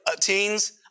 teens